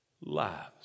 lives